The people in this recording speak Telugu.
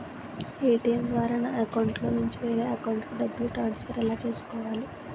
ఏ.టీ.ఎం ద్వారా నా అకౌంట్లోనుంచి వేరే అకౌంట్ కి డబ్బులు ట్రాన్సఫర్ ఎలా చేసుకోవాలి?